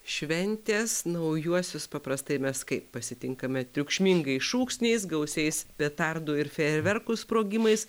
šventės naujuosius paprastai mes kaip pasitinkame triukšmingais šūksniais gausiais petardų ir fejerverkų sprogimais